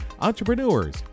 entrepreneurs